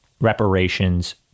Reparations